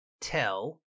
tell